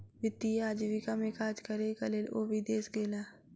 वित्तीय आजीविका में काज करैक लेल ओ विदेश गेला